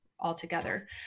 altogether